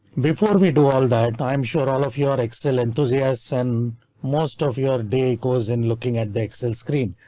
before we do all that, i'm sure all of your excel enthusiasts an most of your day goes in looking at the excel screen,